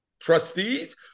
trustees